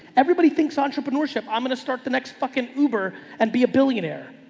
everybody thinks entrepreneurship. i'm going to start the next fucking uber and be a billionaire.